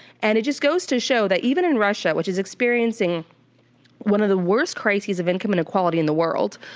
and it just goes to show that even in russia, which is experiencing one of the worst crises of income inequality in the world.